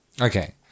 Okay